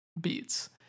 beats